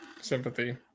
sympathy